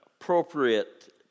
appropriate